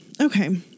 Okay